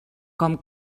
com